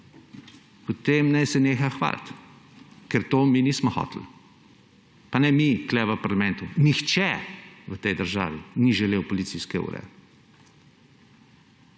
potem naj se neha hvaliti, ker tega mi nismo hoteli. Pa ne mi tu v parlamentu, nihče v tej državi ni želel policijske ure.